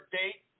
date